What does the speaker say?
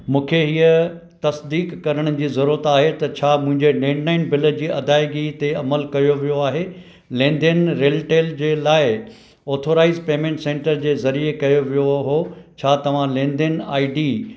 मूंखे हीअ तसदीक़ु करणु जी ज़रूरत आहे त छा मुंहिंजे लैंडलाइन बिल जी अदाइगी ते अमलु कयो वियो आहे लेनदेन रेलटेल जे लाइ ऑथराइज़्ड पेमेंट सेन्टर जे ज़रिये कयो वियो हो छा तव्हां लेनदेन आई डी